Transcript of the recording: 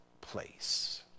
place